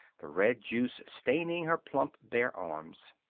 the red juice staining her plump bare arms.